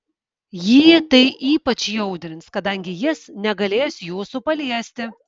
jį tai ypač įaudrins kadangi jis negalės jūsų paliesti